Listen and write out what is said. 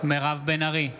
מירב בן ארי,